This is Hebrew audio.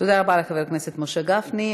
תודה רבה לחבר הכנסת משה גפני.